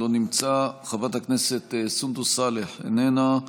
לא נמצא, חברת הכנסת סונדוס סאלח, איננה,